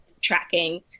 tracking